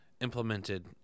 implemented